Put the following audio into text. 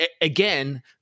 again